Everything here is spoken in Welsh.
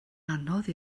anodd